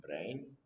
brain